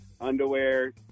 underwear